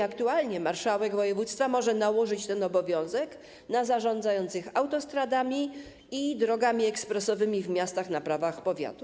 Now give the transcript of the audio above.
Aktualnie marszałek województwa może nałożyć ten obowiązek na zarządzających autostradami i drogami ekspresowymi w miastach na prawach powiatu.